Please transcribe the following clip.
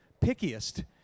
pickiest